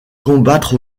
combattre